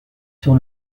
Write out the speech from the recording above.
sur